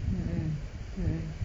mmhmm mmhmm